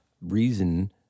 reason